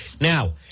Now